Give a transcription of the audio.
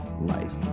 life